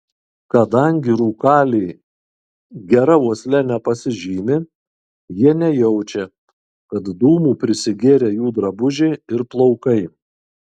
kadangi rūkaliai gera uosle nepasižymi jie nejaučia kad dūmų prisigėrę jų drabužiai ir plaukai